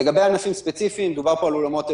לגבי ענפים ספציפיים דובר פה על אולמות אירועים,